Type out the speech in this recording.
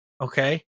Okay